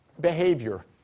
behavior